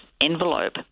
envelope